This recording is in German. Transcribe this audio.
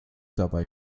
dabei